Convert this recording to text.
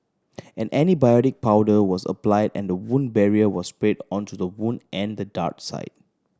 an antibiotic powder was applied and a wound barrier was sprayed onto the wound and dart site